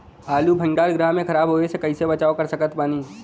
आलू भंडार गृह में खराब होवे से कइसे बचाव कर सकत बानी?